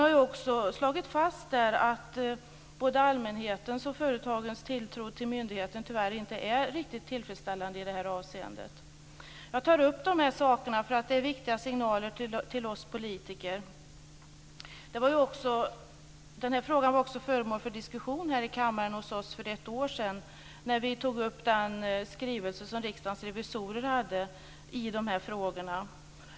Man har också slagit fast att både allmänhetens och företagens tilltro till myndigheten tyvärr inte är riktigt tillfredsställande i detta avseende. Jag tar upp dessa saker eftersom det är viktiga signaler till oss politiker. Den här frågan var också föremål för diskussion här i kammaren för ett år sedan. Vi tog då upp skrivelsen från Riksdagens revisorer i dessa frågor.